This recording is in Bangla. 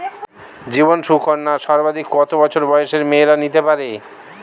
জীবন সুকন্যা সর্বাধিক কত বছর বয়সের মেয়েরা নিতে পারে?